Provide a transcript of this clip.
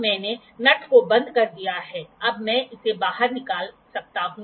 अब मैंने नट को बंद कर दिया है अब मैं इसे बाहर निकाल सकता हूं